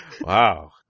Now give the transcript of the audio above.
Wow